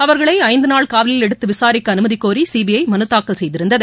அவர்களை ஐந்து நாள் காவலில் எடுத்து விசாரிக்க அனுமதி கோரி சிபிஐ மனு தூக்கல் செய்திருந்தது